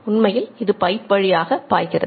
உண்மையில் பைப் வழியாக பாய்கிறது